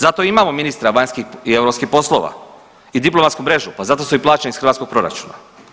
Zato imamo ministra vanjskih i europski poslova i diplomatsku mrežu, pa za to su i plaćeni iz hrvatskog proračuna.